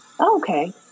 okay